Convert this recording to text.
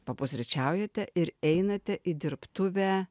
papusryčiaujate ir einate į dirbtuvę